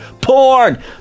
porn